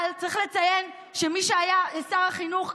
אבל צריך לציין שמי שהיה שר החינוך,